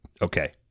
okay